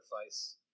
sacrifice